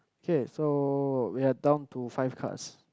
kay so we are down to five cards